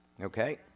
Okay